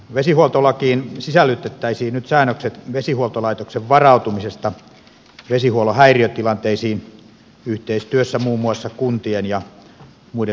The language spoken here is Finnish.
vesihuoltolakiin sisällytettäisiin nyt säännökset vesihuoltolaitoksen varautumisesta vesihuollon häiriötilanteisiin yhteistyössä muun muassa kuntien ja muiden sopimuskumppanien kanssa